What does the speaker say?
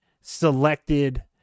selected